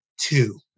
two